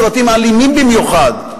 סרטים אלימים במיוחד,